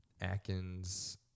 Atkins